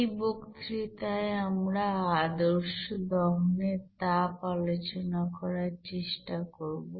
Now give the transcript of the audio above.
এই বক্তৃতায় আমরা আদর্শ দহনের তাপ আলোচনা করার চেষ্টা করব